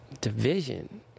division